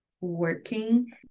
working